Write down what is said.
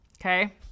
Okay